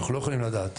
אנחנו לא יכולים לדעת,